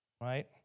right